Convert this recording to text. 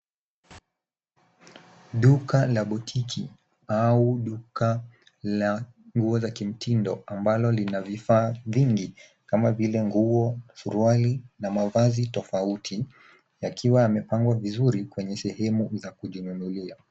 Duka la butiki au duka la nguo za kimtindo ambalo lina vifaa vingi kama vile nguo, suruali na mavazi tofauti, yakiwa yamepangwa vizuri kwenye sehemu za kujinunulia.